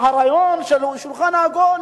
והרעיון של השולחן העגול